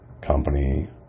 company